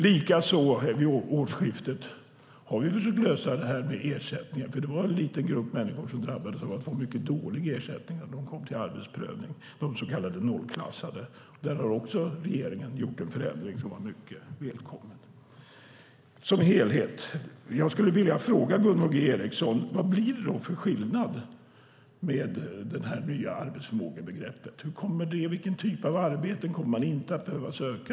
Likaså har vi sedan årsskiftet försökt lösa frågan om ersättningar. Det var en liten grupp människor som drabbades av dåliga ersättningar när de kom till arbetsprövningen, de så kallade nollklassade. Där har också regeringen genomfört en välkommen förändring. Vad blir det för skillnad, Gunvor G Ericson, med det nya arbetsförmågebegreppet? Vilken typ av arbeten kommer man att inte behöva söka?